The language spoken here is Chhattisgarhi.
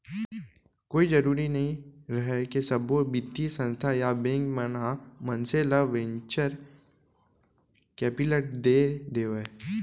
कोई जरुरी नइ रहय के सब्बो बित्तीय संस्था या बेंक मन ह मनसे ल वेंचर कैपिलट दे देवय